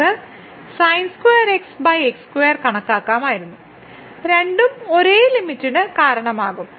നമുക്ക് sin2xx2 കണക്കാക്കാമായിരുന്നു രണ്ടും ഒരേ ലിമിറ്റിന് കാരണമാകും